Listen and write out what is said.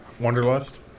Wonderlust